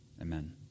Amen